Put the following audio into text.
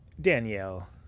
Danielle